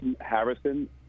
Harrison